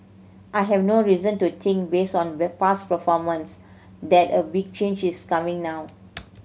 I have no reason to think based on past performance that a big change is coming now